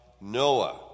Noah